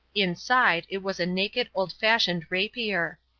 inside it was a naked old-fashioned rapier.